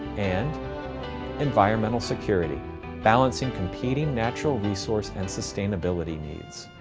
and environmental security balancing competing natural resource and sustainability needs.